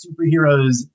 superheroes